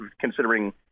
considering